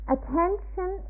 Attention